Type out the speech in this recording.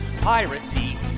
piracy